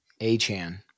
A-Chan